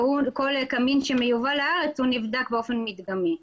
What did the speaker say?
וכל קמין שמיובא לארץ נבדק באופן מדגמי.